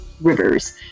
Rivers